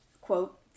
quote